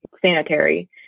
sanitary